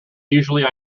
usually